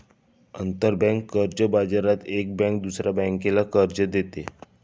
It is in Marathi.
आंतरबँक कर्ज बाजारात एक बँक दुसऱ्या बँकेला कर्ज देते